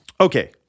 Okay